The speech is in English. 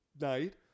night